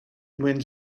when